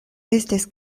estis